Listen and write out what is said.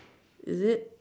is it